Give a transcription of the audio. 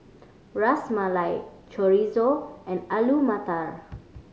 Ras Malai Chorizo and Alu Matar